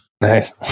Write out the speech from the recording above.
Nice